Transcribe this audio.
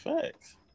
Facts